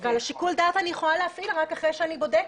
אבל שיקול דעת אני יכולה להפעיל רק אחרי שאני בודקת.